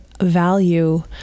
value